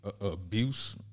abuse